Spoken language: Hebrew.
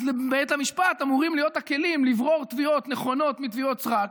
אז לבית המשפט אמורים להיות הכלים לברור תביעות נכונות מתביעות סרק,